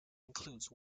include